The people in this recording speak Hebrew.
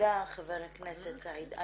תודה חבר הכנסת סעיד.